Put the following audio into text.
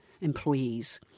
employees